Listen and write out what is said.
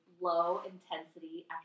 low-intensity